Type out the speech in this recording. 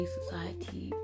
society